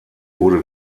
wurde